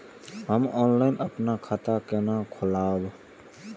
हम ऑनलाइन अपन खाता केना खोलाब?